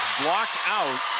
blocked out,